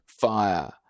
fire